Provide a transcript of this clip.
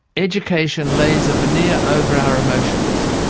education lays a veneer over our emotions,